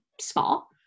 small